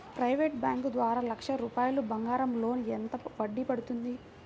Private bank ద్వారా లక్ష రూపాయలు బంగారం లోన్ ఎంత వడ్డీ పడుతుంది?